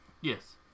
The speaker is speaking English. Yes